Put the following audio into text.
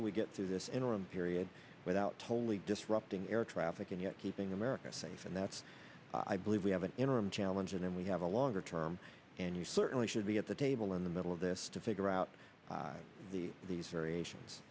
do we get through this interim period without totally disrupting air traffic and yet keeping america safe and that's i believe we have an interim challenge and then we have a longer term and you certainly should be at the table in the middle of this to figure out the these variations